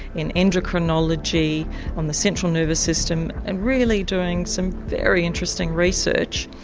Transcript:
in endocrinology on the central nervous system and really doing some very interesting research.